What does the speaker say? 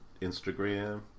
Instagram